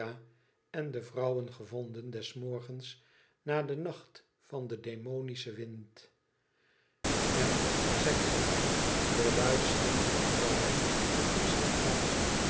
en de vrouwen gevonden des morgens na den nacht van demonischen wind en zij gingen de luid snikkende vrouwen den priester halen